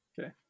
Okay